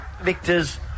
victors